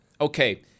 okay